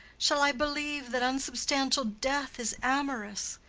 shall i believe that unsubstantial death is amorous,